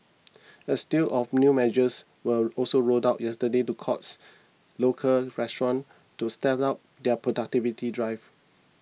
a slew of new measures were also rolled out yesterday to coax local restaurants to step up their productivity drive